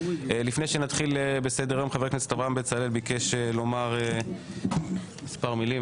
לפני שנתחיל בסדר היום חבר הכנסת אברהם בצלאל ביקש לומר מספר מילים.